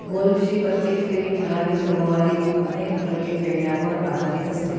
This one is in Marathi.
गोल्फची प्रत्येक फेरी ठराविक क्रमवारीत अनेक खळगे खेळण्यावर आधारित असते